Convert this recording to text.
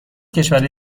کشورهای